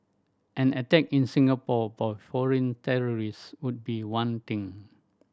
an attack in Singapore by foreign terrorists would be one thing